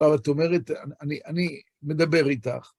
אבל את אומרת, אני מדבר איתך.